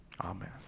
Amen